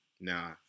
Nah